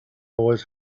always